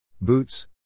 boots